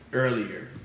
earlier